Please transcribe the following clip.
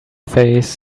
face